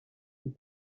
qui